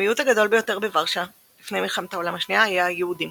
המיעוט הגדול ביותר בוורשה של לפני מלחמת העולם השנייה היה היהודים,